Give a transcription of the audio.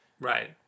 Right